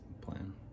plan